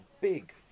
big